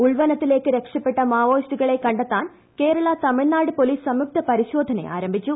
ഉൾവനത്തിലേക്ക് രക്ഷപ്പെട്ട മാവോയിസ്റ്റുകളെ കണ്ടെത്താൻ കേരള തമിഴ്നാട് പൊലീസ് സംയുക്ത പരിശോധനയാരംഭിച്ചു